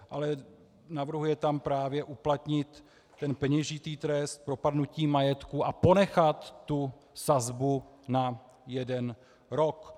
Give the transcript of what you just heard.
Ale navrhuje tam právě uplatnit ten peněžitý trest propadnutí majetku a ponechat tu sazbu na jeden rok.